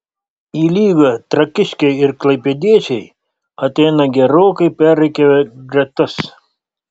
į lygą trakiškiai ir klaipėdiečiai ateina gerokai perrikiavę gretas